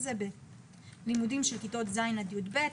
הזה ב"לימודים של כיתות ז ' עד י"ב".